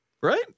Right